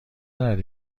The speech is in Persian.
دارد